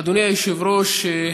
אדוני היושב-ראש,